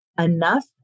enough